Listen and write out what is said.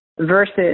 versus